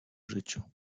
życiu